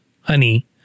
Honey